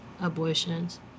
abortions